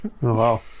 wow